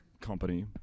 Company